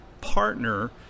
partner